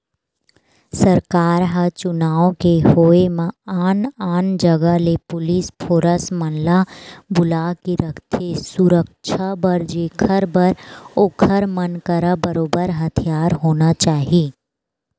सरकार ह चुनाव के होय म आन आन जगा ले पुलिस फोरस मन ल बुलाके रखथे सुरक्छा बर जेखर बर ओखर मन करा बरोबर हथियार होना चाही